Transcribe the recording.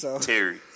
Terry